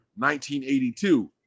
1982